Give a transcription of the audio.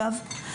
אגב.